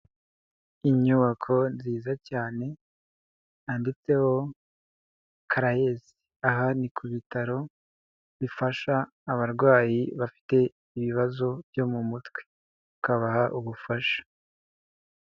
Inyubako nziza cyane, handitseho Caraes, aha ni ku bitaro bifasha abarwayi bafite ibibazo byo mu mutwe, bakabaha ubufasha.